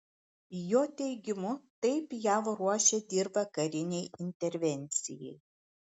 jo teigimu taip jav ruošia dirvą karinei intervencijai